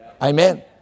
Amen